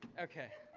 okay,